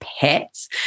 pets